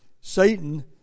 Satan